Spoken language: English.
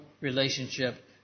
relationship